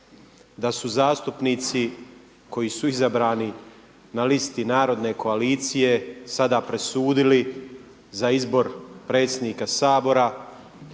da su zastupnici koji su izabrani na listi narodne koalicije sada presudili za izbor predsjednika Sabora,